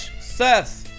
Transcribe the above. Seth